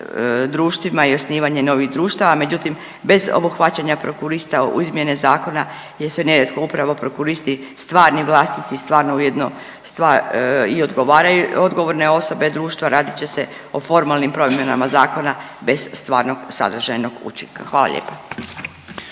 i osnivanje novih društava. Međutim, bez obuhvaćanja prokurista u izmjene zakona jer su nerijetko upravo prokuristi stvarni vlasnici, stvarno ujedno i odgovorne osobe društva radit će se o formalnim promjenama zakona bez stvarnog sadržajnog učinka. Hvala lijepa.